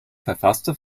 verfasste